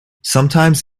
sometimes